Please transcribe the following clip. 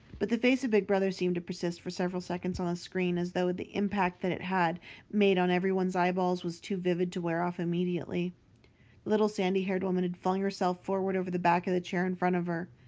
but the face of big brother seemed to persist for several seconds on the screen, as though the impact that it had made on everyone's eyeballs was too vivid to wear off immediately. the little sandy-haired woman had flung herself forward over the back of the chair in front of her.